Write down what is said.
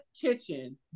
Kitchen